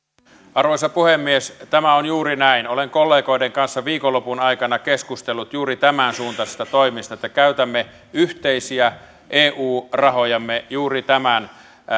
arvoisa puhemies tämä on juuri näin olen kollegoiden kanssa viikonlopun aikana keskustellut juuri tämänsuuntaisista toimista että käytämme yhteisiä eu rahojamme juuri tämän